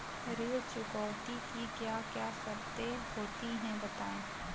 ऋण चुकौती की क्या क्या शर्तें होती हैं बताएँ?